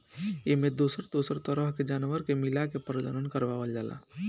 एमें दोसर दोसर तरह के जानवर के मिलाके प्रजनन करवावल जाला